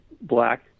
black